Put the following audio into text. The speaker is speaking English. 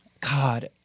God